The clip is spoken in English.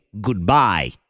goodbye